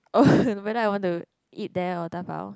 oh whether I want to eat there or dabao